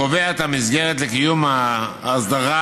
קובע את המסגרת לקיום האסדרה,